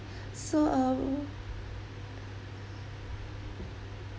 so um